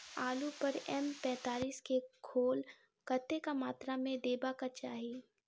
आलु पर एम पैंतालीस केँ घोल कतेक मात्रा मे देबाक चाहि?